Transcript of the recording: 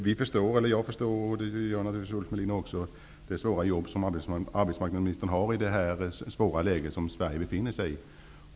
Herr talman! Jag och Ulf Melin förstår att arbetsmarknadsministern har en svår uppgift i det svåra arbetsmarknadsläge som Sverige befinner sig i.